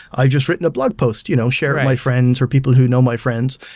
i just written a blog post, you know share my friends or people who know my friends.